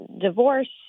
divorce